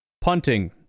Punting